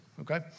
okay